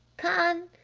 con